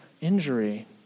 injury